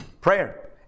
prayer